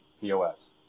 POS